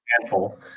handful